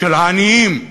של עניים,